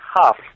half